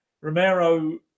Romero